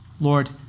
Lord